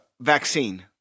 vaccine